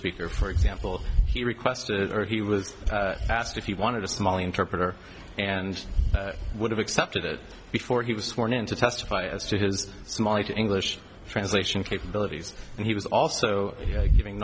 speaker for example he requested or he was asked if he wanted a small interpreter and would have accepted it before he was sworn in to testify as to his small english translation capabilities and he was also giving